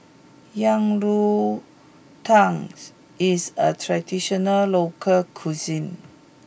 Yang Rou Tang is a traditional local cuisine